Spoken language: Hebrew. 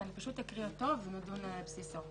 אז אני פשוט אקריא אותו ונדון על בסיסו.